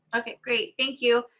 okay, great thank you.